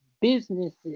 businesses